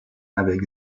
avec